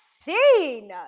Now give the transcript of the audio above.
scene